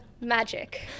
magic